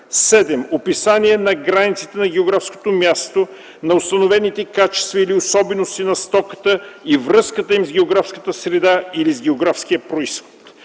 7. описание на границите на географското място, на установените качества или особености на стоката и връзката им с географската среда или с географския произход;